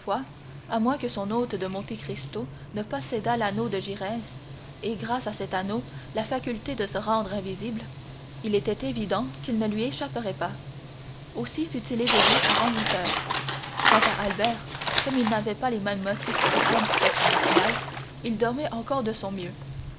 à moins que son hôte de monte cristo ne possédât l'anneau de gygès et grâce à cet anneau la faculté de se rendre invisible il était évident qu'il ne lui échapperait pas aussi fut-il éveillé avant huit heures quant à albert comme il n'avait pas les mêmes motifs que franz d'être matinal il dormait encore de son mieux